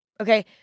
Okay